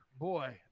boy